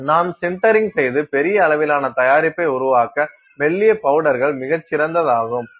நாம் சின்டரிங் செய்து பெரிய அளவிலான தயாரிப்பை உருவாக்க மெல்லிய பவுடர்கள் மிகச் சிறந்ததாகும்